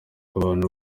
abantu